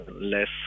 less